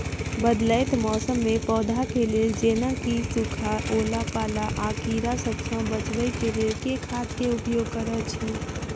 बदलैत मौसम मे पौधा केँ लेल जेना की सुखा, ओला पाला, आ कीड़ा सबसँ बचबई केँ लेल केँ खाद केँ उपयोग करऽ छी?